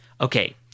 okay